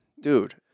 Dude